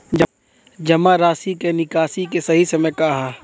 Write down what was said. जमा राशि क निकासी के सही समय का ह?